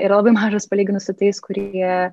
yra labai mažas palyginus su tais kurie